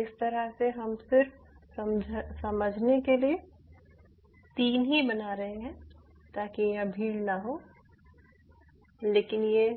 इस तरह से हम सिर्फ समझने के लिए 3 ही बना रहे हैं ताकि यहाँ भीड़ ना हो लेकिन ये